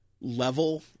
level